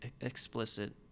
explicit